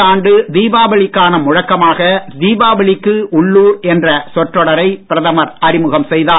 இந்த ஆண்டு தீபாவளிக்கான முழக்கமாக தீபாவளிக்கு உள்ளூர் என்ற சொற்றொடரை பிரதமர் அறிமுகம் செய்தார்